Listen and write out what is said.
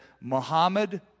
Muhammad